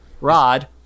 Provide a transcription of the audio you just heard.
Rod